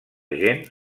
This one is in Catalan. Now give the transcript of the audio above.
gent